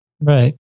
Right